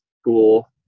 school